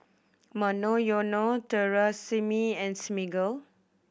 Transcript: Monoyono Tresemme and Smiggle